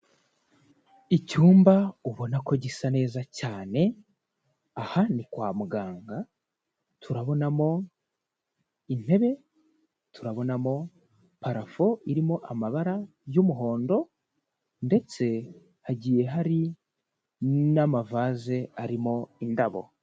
Icyumba ubona ko gisa neza cyane, aha ni kwa muganga, turabonamo intebe, turabonamo parafo irimo amabara y'umuhondo ndetse hagiye hari n'amavaze arimo indabo.